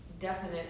definite